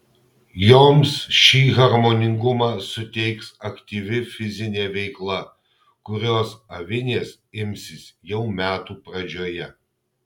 joms šį harmoningumą suteiks aktyvi fizinė veikla kurios avinės imsis jau metų pradžioje